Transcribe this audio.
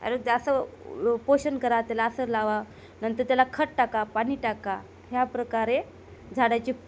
अरे असे पोषण करा त्याला असे लावा नंतर त्याला खत टाका पाणी टाका ह्या प्रकारे झाडाची